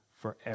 forever